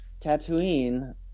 Tatooine